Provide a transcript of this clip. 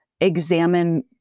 examine